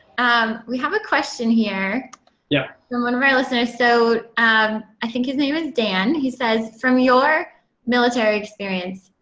um we have a question here yeah from one of our listeners. so um i think his name is dan. he says, from your military experience,